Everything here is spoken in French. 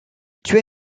tua